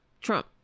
Trump